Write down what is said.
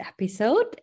episode